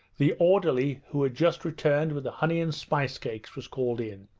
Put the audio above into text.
the orderly, who had just returned with the honey and spice-cakes, was called in.